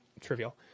trivial